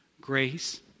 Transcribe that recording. Grace